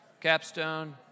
Capstone